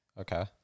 okay